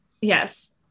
yes